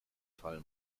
fall